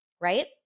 right